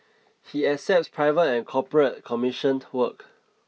he accepts private and corporate commissioned work